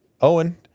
Owen